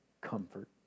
comfort